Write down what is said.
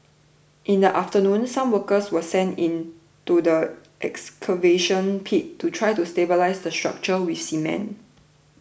in the afternoon some workers were sent into the excavation pit to try to stabilise the structure with cement